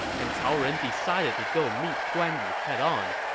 and cao ren decided to go meet guan yu head on.